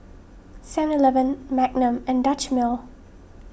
Seven Eleven Magnum and Dutch Mill